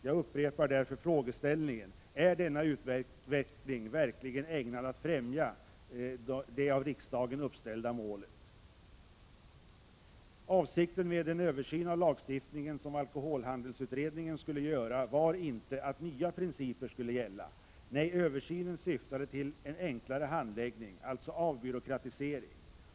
Jag upprepar frågeställningen: Är denna utveckling verkligen ägnad att främja de av riksdagen uppställda målen? Avsikten med den översyn av lagstiftningen som alkoholhandelsutredningen skulle göra var inte att nya principer skulle gälla. Nej, översynen syftade till en enklare handläggning, alltså avbyråkratisering.